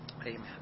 Amen